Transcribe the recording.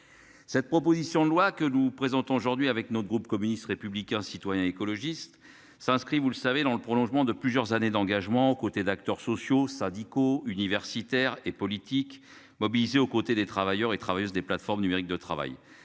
Cette proposition de loi que nous présentons aujourd'hui avec notre groupe communiste républicain citoyen et écologiste s'inscrit, vous le savez dans le prolongement de plusieurs années d'engagement aux côtés d'acteurs sociaux, syndicaux universitaires et politiques mobilisés aux côtés des travailleurs et travailleuses des plateformes numériques de travail